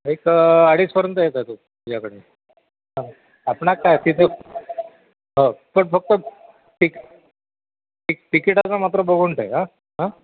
एक अडीचपर्यंत येताय तो तुझ्याकडनं आपणा काय तिथे हो पण फक्त तिक तिक तिकिटाचा मात्र बघून ठेव हां हां